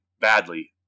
badly